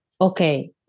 okay